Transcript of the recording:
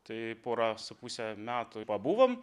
tai pora su puse metų pabuvom